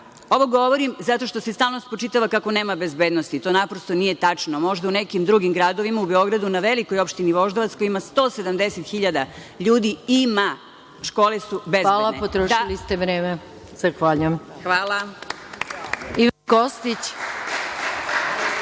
Ovo govorim zato što se stalno spočitavam kako nema bezbednosti. To naprosto nije tačno. Možda u nekim drugim gradovima, u Beogradu, na velikoj opštini Voždovac, koja ima 170 hiljada ljudi ima, škole su bezbedne. **Maja Gojković** Hvala,